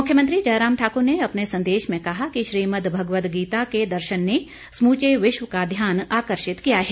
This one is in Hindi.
मुख्यमंत्री जयराम ठाकुर ने अपने संदेश में कहा कि श्रीमद भगवद गीता के दर्शन ने समूचे विश्व का ध्यान आकर्षित किया है